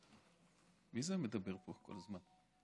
מי זה מדבר פה כל הזמן?